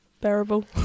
bearable